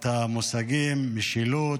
את המושגים משילות,